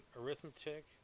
arithmetic